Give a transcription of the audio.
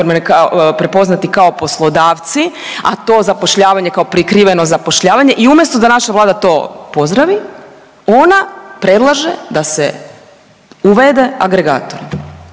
prepoznati kao poslodavci, a to zapošljavanje kao prikriveno zapošljavanje i umjesto da naša Vlada to pozdravi ona predlaže da se uvede agregator